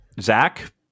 Zach